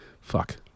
Fuck